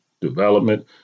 development